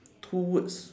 two words